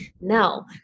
no